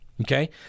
Okay